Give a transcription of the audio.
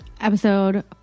Episode